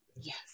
yes